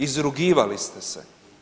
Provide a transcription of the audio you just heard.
Izrugivali ste se.